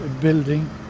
building